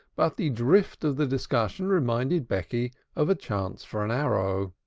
but the drift of the discussion reminded becky of a chance for an arrow.